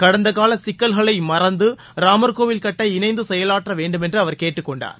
கடந்தகால சிக்கல்களை மறந்து ராமர்கோவில் கட்ட இணைந்து செயலாற்ற வேண்டுமென்று அவர் கேட்டுக் கொண்டார்